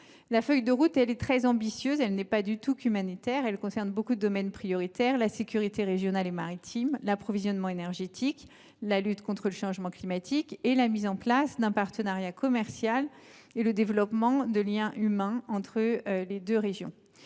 Sa feuille de route est très ambitieuse. Elle concerne non pas uniquement le secteur humanitaire, mais nombre de domaines prioritaires comme la sécurité régionale et maritime, l’approvisionnement énergétique, la lutte contre le changement climatique, la mise en place d’un partenariat commercial et le développement de liens humains entre les deux régions.